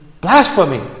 Blasphemy